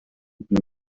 بیام